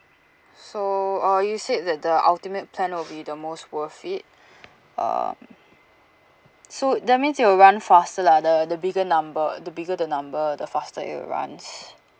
so uh you said that the ultimate plan will be the most worth it um so that means it will run faster lah the the bigger number the bigger the number the faster it runs